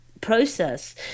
process